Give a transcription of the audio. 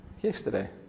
yesterday